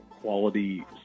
quality